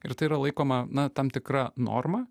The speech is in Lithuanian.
ir tai yra laikoma na tam tikra norma